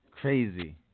Crazy